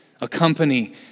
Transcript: Accompany